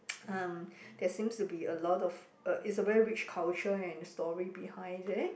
um there seems to be a lot of uh it's a very rich culture and story behind there